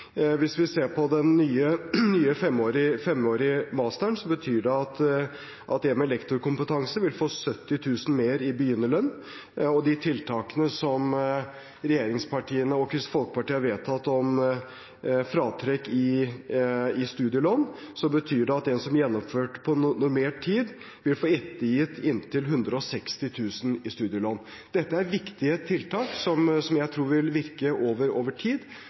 Hvis vi ser på den nye femårige masterutdanningen, ser vi at en med lektorkompetanse vil få 70 000 kr mer i begynnerlønn. De tiltakene som regjeringspartiene og Kristelig Folkeparti har vedtatt om fratrekk i studielån, betyr at en som har gjennomført på normert tid, vil få ettergitt inntil 160 000 kr i studielån. Dette er viktige tiltak, som jeg tror vil virke over tid.